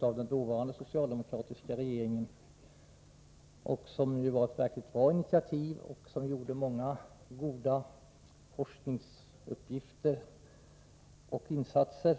av den dåvarande socialdemokratiska regeringen, var ett verkligt bra initiativ, och den utförde många goda forskningsuppgifter och insatser.